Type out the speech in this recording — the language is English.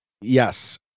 Yes